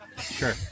Sure